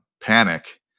panic